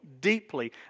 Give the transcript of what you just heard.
deeply